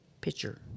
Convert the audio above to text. picture